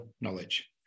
knowledge